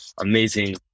amazing